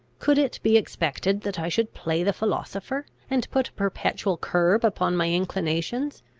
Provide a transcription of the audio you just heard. could it be expected that i should play the philosopher, and put a perpetual curb upon my inclinations?